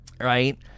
right